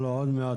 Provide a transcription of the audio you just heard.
לבנה,